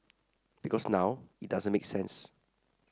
because now it doesn't make sense